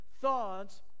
thoughts